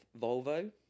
Volvo